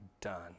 done